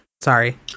Sorry